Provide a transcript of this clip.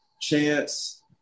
Chance